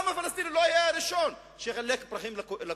העם הפלסטיני לא היה הראשון שחילק פרחים לכובש.